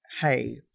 hey